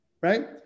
Right